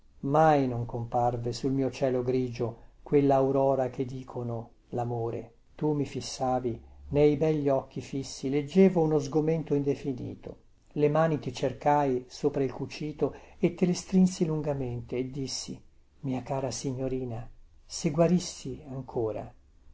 mai non comparve sul mio cielo grigio quellaurora che dicono lamore tu mi fissavi nei begli occhi fissi leggevo uno sgomento indefinito le mani ti cercai sopra il cucito e te le strinsi lungamente e dissi mia cara signorina se guarissi ancora